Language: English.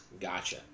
Gotcha